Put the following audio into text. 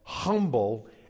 Humble